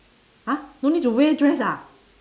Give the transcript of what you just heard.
!huh! don't need to wear dress ah